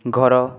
ଘର